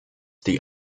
die